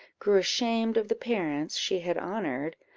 grew ashamed of the parents she had honoured,